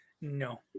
No